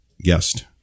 guest